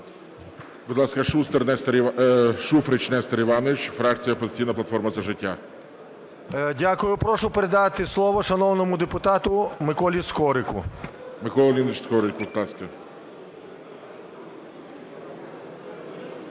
Дякую. Прошу передати слово шановному депутату Миколі Скорику.